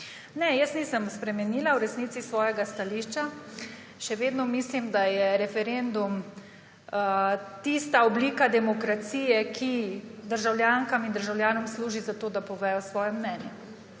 Ne, jaz nisem spremenila v resnici svojega stališča. Še vedno mislim, da je referendum tista oblika demokracije, ki državljankam in državljanom služi za to, da povedo svoje mnenje.